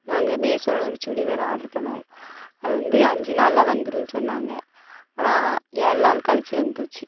நாங்கள் மேஸோவில் ஒரு சுடிதார் ஆட்ரு பண்ணிணோம் அது வந்து அஞ்சு நாளில் வந்துடும் சொன்னாங்க ஆனால் ஆ ஏழு நாள் கழிச்சி வந்துருச்சு